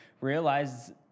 realize